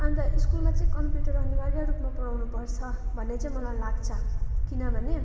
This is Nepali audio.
अन्त स्कुलमा चाहिँ कम्प्युटर अनिवार्य रूपमा पढाउनु पर्छ भन्ने चाहिँ मलाई लाग्छ किनभने